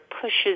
pushes